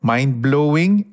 Mind-blowing